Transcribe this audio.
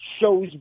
shows